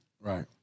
right